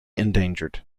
endangered